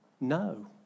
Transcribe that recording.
No